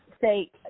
say